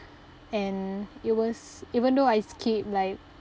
and it was even though I skipped like